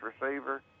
receiver